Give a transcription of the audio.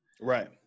right